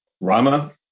Rama